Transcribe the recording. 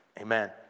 Amen